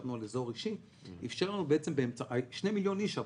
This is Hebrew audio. חשבנו על אזור אישי שני מיליון איש.